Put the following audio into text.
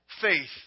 faith